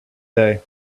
day